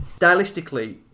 Stylistically